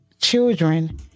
children